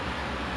that's cool